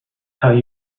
tell